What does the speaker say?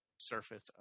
surface